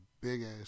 big-ass